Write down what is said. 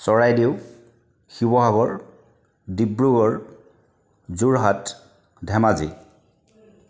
Charaideo Sivasagar Dibrugarh Jorhat Dhemaji